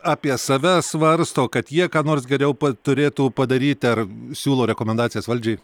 apie save svarsto kad jie ką nors geriau turėtų padaryti ar siūlo rekomendacijas valdžiai